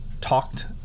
talked